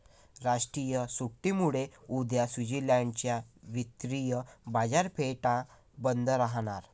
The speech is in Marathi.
राष्ट्रीय सुट्टीमुळे उद्या स्वित्झर्लंड च्या वित्तीय बाजारपेठा बंद राहणार